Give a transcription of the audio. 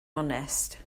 onest